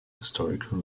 historical